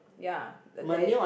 ya the there